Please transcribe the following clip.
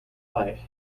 life